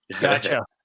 Gotcha